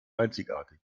einzigartig